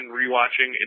rewatching